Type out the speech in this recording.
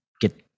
get